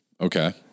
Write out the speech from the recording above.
Okay